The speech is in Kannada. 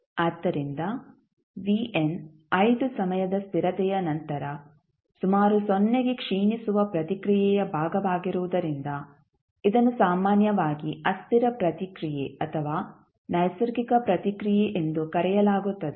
ಆದ್ದರಿಂದ 5 ಸಮಯದ ಸ್ಥಿರತೆಯ ನಂತರ ಸುಮಾರು ಸೊನ್ನೆಗೆ ಕ್ಷೀಣಿಸುವ ಪ್ರತಿಕ್ರಿಯೆಯ ಭಾಗವಾಗಿರುವುದರಿಂದ ಇದನ್ನು ಸಾಮಾನ್ಯವಾಗಿ ಅಸ್ಥಿರ ಪ್ರತಿಕ್ರಿಯೆ ಅಥವಾ ನೈಸರ್ಗಿಕ ಪ್ರತಿಕ್ರಿಯೆ ಎಂದು ಕರೆಯಲಾಗುತ್ತದೆ